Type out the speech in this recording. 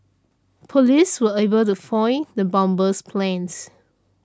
police were able to foil the bomber's plans